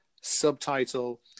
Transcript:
subtitle